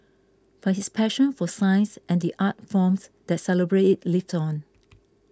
but his passion for science and the art forms that celebrate it lived on